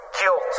guilt